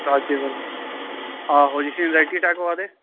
आहो जिसी ऐनजैक्टी अटैक होआ दे